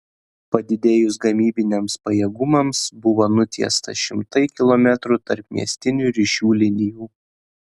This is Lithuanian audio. padidėjus gamybiniams pajėgumams buvo nutiesta šimtai kilometrų tarpmiestinių ryšių linijų